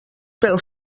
pel